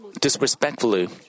disrespectfully